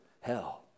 hell